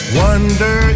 wonder